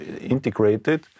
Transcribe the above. integrated